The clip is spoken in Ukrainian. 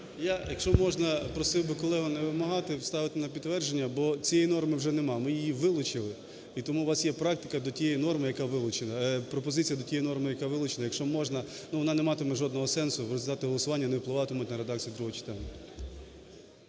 Я, якщо можна, просив би колегу не вимагати ставити на підтвердження, бо цієї норми вже нема, ми її вилучили. І тому у вас є практика до тієї норми, яка вилучена… пропозиція до тієї норми, яка вилучена. Ну, вона не матиме жодного сенсу, результати голосування не впливатимуть на результати другого читання.